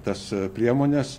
tas priemones